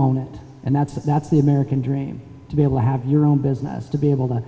own it and that's it that's the american dream to be able to have your own business to be able to